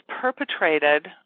perpetrated